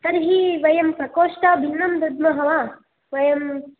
तर्हि वयं प्रकोष्टः भिन्नं दद्मः वा वयम्